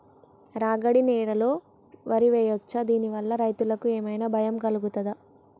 రాగడి నేలలో వరి వేయచ్చా దాని వల్ల రైతులకు ఏమన్నా భయం కలుగుతదా?